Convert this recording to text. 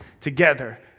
together